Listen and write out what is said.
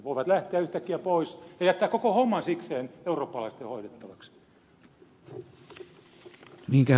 voivat lähteä yhtäkkiä pois ja jättää koko homman sikseen eurooppalaisten hoidettavaksi